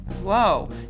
Whoa